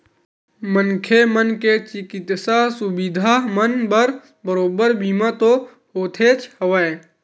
मनखे मन के चिकित्सा सुबिधा मन बर बरोबर बीमा तो होतेच हवय